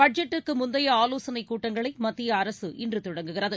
பட்ஜெட்டுக்கு முந்தைய ஆலோசனைக் கூட்டங்களை மத்திய அரசு இன்று தொடங்குகிறது